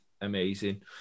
Amazing